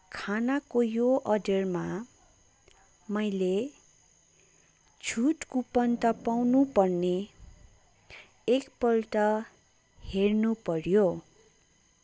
खानाको यो अर्डरमा मैले छुट कुपन त पाउनु पर्ने एकपल्ट हेर्नु पऱ्यो